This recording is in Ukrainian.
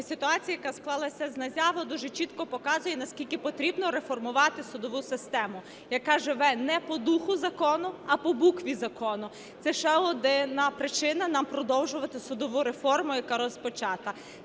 Ситуація, яка склалася з НАЗЯВО, дуже чітко показує, наскільки потрібно реформувати судову систему, яка живе не по духу закону, а по букві закону. Це ще одна причина нам продовжувати судову реформу, яка розпочата.